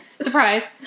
surprise